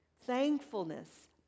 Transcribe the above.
thankfulness